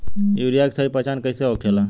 Urea के सही पहचान कईसे होखेला?